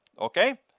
okay